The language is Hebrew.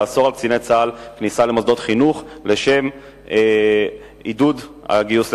לאסור על קציני צה"ל כניסה למוסדות חינוך לשם עידוד הגיוס לצה"ל?